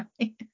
right